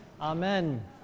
Amen